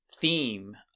theme